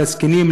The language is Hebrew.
הזקנים,